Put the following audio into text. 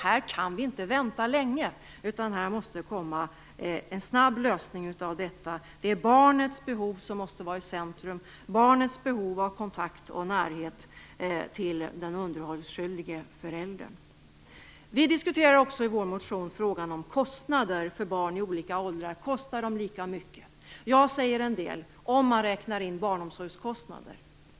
Här kan vi inte vänta länge, utan här måste en snabb lösning komma till stånd. Det är barnets behov av kontakt med och närhet till den underhållsskyldige föräldern som måste stå i centrum. Vi diskuterar också i vår motion frågan om kostnader för barn i olika åldrar. Kostar de lika mycket? Ja, säger en del, om man räknar in barnomsorgskostnader.